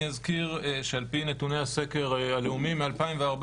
שעל פי נתוני הסקר הלאומיים מ-2014,